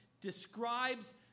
describes